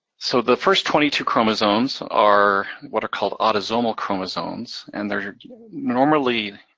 so, the first twenty two chromosomes are what are called autosomal chromosomes, and they're they're normally